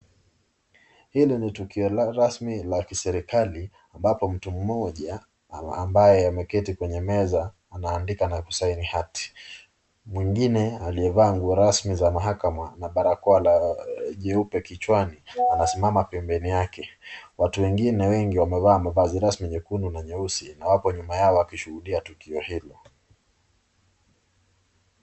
Hii ni tukio rasmi la kiserikali ambapo mtu mmoja ambaye ameketi kwenye meza anaandika na ku-sig hati, mwingine aliyevaa nguo rasmi za mahakama na barakoa la jeupe kichwani anasimama pembeni yake, watu wengine wengi wamevaa mavazi rasmi nyekundu na nyeusi na wako nyuma yao wakishuhudia tukio hilo.